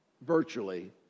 virtually